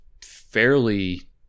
fairly